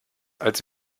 als